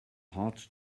hard